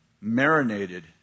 marinated